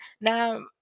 Now